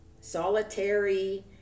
solitary